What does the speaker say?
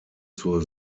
zur